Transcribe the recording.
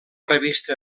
revista